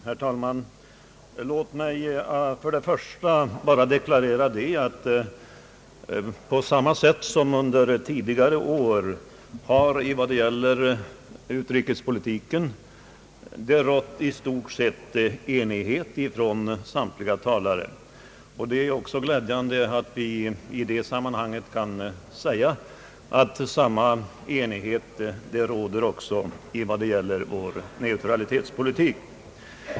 Herr talman! Låt mig först bara deklarera att det på samma sätt som under tidigare år vad gäller utrikespolitiken i stort sett har rått enighet mellan samtliga talare. Det är också glädjande att vi i det sammanhanget kan konstatera att samma enighet råder också vad gäller vår neutralitetspolitik.